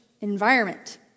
environment